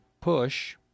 push